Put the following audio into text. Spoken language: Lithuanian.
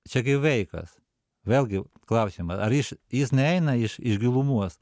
čiagi vaikas vėlgi klausima ar iš jis neeina iš iš gilumos